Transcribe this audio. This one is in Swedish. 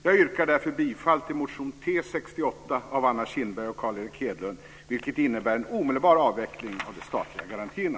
Jag yrkar därför bifall till motion T68 av Anna